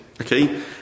Okay